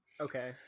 Okay